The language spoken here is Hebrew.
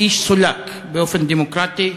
האיש סולק באופן דמוקרטי.